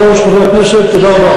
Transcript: אדוני היושב-ראש, חברי הכנסת, תודה רבה.